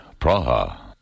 Praha